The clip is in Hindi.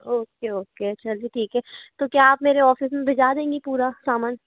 ओके ओके चलो ठीक है तो क्या आप मेरे ऑफिस में भिजवा देंगे पूरा सामान